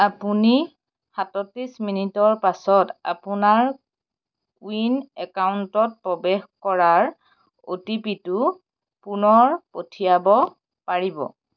আপুনি সাতত্ৰিছ মিনিটৰ পাছত আপোনাৰ কুইন একাউণ্টত প্ৰৱেশ কৰাৰ অ' টি পিটো পুনৰ পঠিয়াব পাৰিব